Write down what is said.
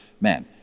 man